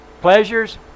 Pleasures